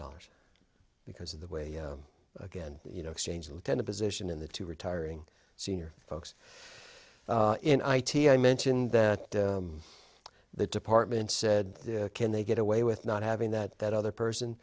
dollars because of the way again you know exchange will tend to position in the two retiring senior folks in i t i mentioned that the department said can they get away with not having that other person